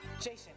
Jason